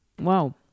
wow